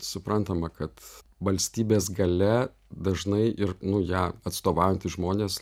suprantama kad valstybės galia dažnai ir nu ją atstovaujantys žmonės